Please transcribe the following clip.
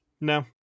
No